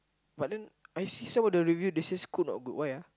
but then I see some of the review they say Scoot not good why ah